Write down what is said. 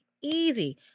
easy